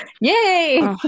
yay